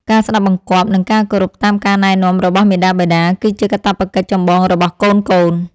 ការស្តាប់បង្គាប់ និងការគោរពតាមការណែនាំរបស់មាតាបិតា គឺជាកាតព្វកិច្ចចម្បងរបស់កូនៗ។